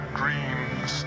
dreams